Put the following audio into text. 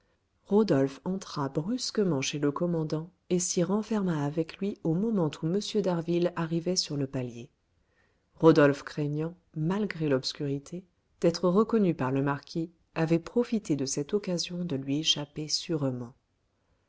rodolphe entra brusquement chez le commandant et s'y renferma avec lui au moment où m d'harville arrivait sur le palier rodolphe craignant malgré l'obscurité d'être reconnu par le marquis avait profité de cette occasion de lui échapper sûrement